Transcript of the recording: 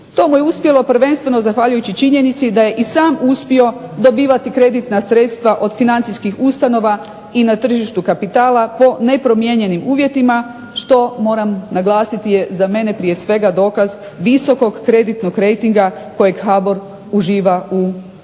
To mu je uspjelo prvenstveno zahvaljujući činjenici da je i sam uspio dobivati kreditna sredstva od financijskih ustanova i na tržištu kapitala po nepromijenjenim uvjetima što moram naglasiti je za mene prije svega dokaz visokog kreditnog rejtinga kojeg HBOR uživa u